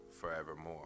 forevermore